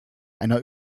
einer